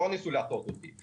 לא ניסו להטעות אותי.